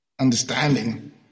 understanding